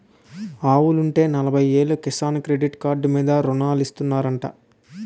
ఆవులుంటే నలబయ్యేలు Kisan credit card మీద రుణాలిత్తనారంటా